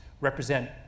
represent